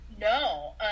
No